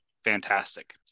Fantastic